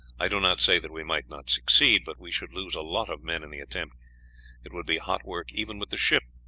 i do not say that we might not succeed, but we should lose a lot of men in the attempt it would be hot work even with the ship,